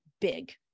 big